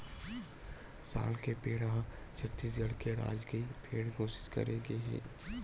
साल के पेड़ ल छत्तीसगढ़ के राजकीय पेड़ घोसित करे गे हे